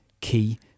key